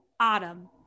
Autumn